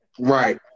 Right